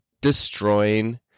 destroying